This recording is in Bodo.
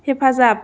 हेफाजाब